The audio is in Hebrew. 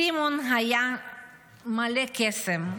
סימון היה מלא קסם,